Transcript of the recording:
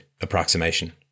approximation